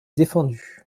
défendu